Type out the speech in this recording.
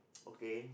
okay